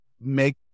make